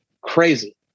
crazy